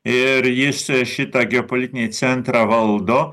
ir jis šitą geopolitinį centrą valdo